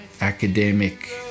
academic